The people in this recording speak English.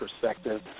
perspective